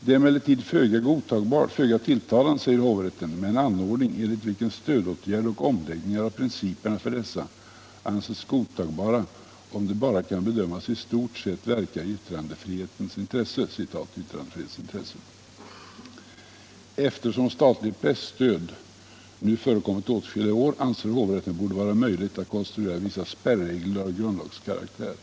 Enligt hovrätten är det emellertid föga tilltalande med en ordning enligt vilken stödåtgärder och omläggningar av principerna för dessa anses godtagbara, om de bara kan bedömas i stort verka i ”yttrandefrihetens intresse”. Eftersom statligt presstöd nu förekommit åtskilliga år anser hovrätten att det borde vara möjligt att konstruera vissa spärregler av grundlagskaraktär.